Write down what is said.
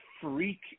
freak